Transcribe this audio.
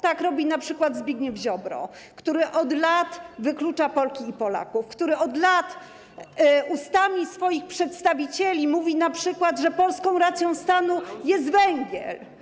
Tak robi np. Zbigniew Ziobro, który od lat wyklucza Polki i Polaków, który od lat np. ustami swoich przedstawicieli mówi, że polską racją stanu jest węgiel.